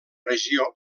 regió